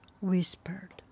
whispered